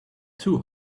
too